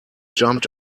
jumped